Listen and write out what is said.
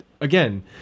again